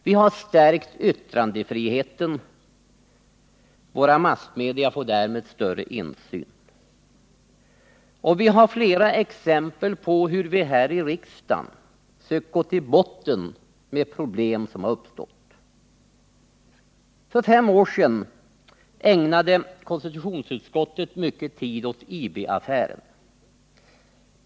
Vi har stärkt yttrandefriheten, och våra massmedia har därmed fått större insyn. Vi har också flera exempel på hur vi här i riksdagen har sökt gå till botten med de problem som har uppstått. För fem år sedan ägnade konstitutionsutskottet mycken tid åt IB-affären.